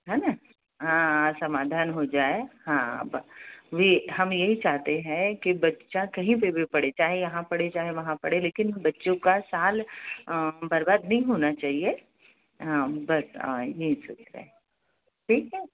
है न समाधान हो जाए हाँ हम यही चाहते हैं कि बच्चा कहीं भी पढ़े चाहे यहाँ पढ़े चाहे वहाँ पढ़े लेकिन बच्चों का साल बर्बाद नहीं होना चाहिए हाँ बस यही सब है ठीक है